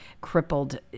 crippled